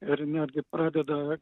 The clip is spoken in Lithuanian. ir netgi pradeda